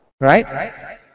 Right